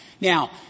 Now